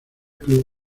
club